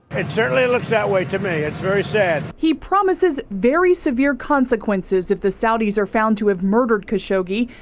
it certainly looks that way to me it's very sad. he promises very severe consequences if the saudis are found to have murdered show key.